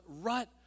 rut